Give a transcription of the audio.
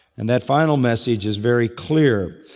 and that final message is very clear.